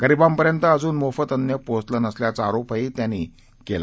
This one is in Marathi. गरीबांपर्यंत अजून मोफत धान्य पोहचलं नसल्याचा आरोपही त्यांनी केला